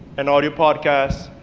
an audio podcast,